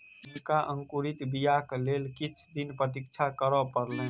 हुनका अंकुरित बीयाक लेल किछ दिन प्रतीक्षा करअ पड़लैन